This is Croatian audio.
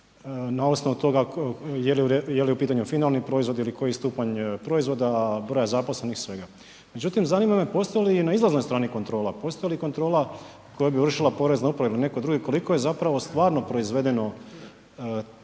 na osnovu toga je li u pitanju finalni proizvod ili koji stupanj proizvoda, broja zaposlenih i svega. Međutim, zanima me postoji li i na izlaznoj strani kontrola? Postoji li kontrola koja bi vršila Porezna uprava ili ne tko drugi, koliko je zapravo te robe